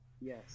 Yes